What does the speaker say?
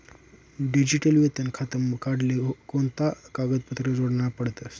Digital वेतन खातं काढाले कोणता कागदपत्रे जोडना पडतसं?